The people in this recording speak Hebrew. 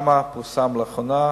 שם פורסם לאחרונה